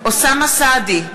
אוסאמה סעדי,